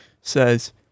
says